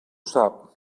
sap